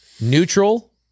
neutral